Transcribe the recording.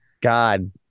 God